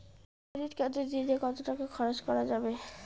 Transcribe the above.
Credit কার্ডে দিনে কত টাকা খরচ করা যাবে?